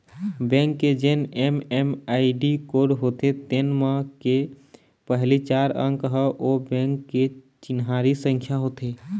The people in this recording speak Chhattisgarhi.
बेंक के जेन एम.एम.आई.डी कोड होथे तेन म के पहिली चार अंक ह ओ बेंक के चिन्हारी संख्या होथे